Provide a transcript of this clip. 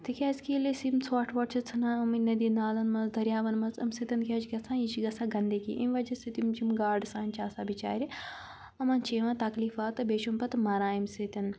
تِکیازِ کہِ ییٚلہِ أسۍ یِم ژھۄٹھ وۄٹھ چھِ ژھٕنان أمۍ نٔدی نالَن منٛز دٔریاوَن منٛز اَمہِ سۭتۍ کیٛاہ چھِ گژھان یہِ چھِ گژھان گنٛدگی امہِ وجہ سۭتۍ یِم گاڈٕ سانہِ چھِ آسان بِچارِ یِمَن چھِ یِوان تَکلیٖفا تہٕ بیٚیہِ چھِ یِم پَتہٕ مَران اَمہِ سۭتۍ